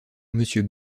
monsieur